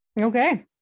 Okay